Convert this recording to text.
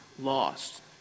lost